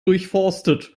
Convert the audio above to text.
durchforstet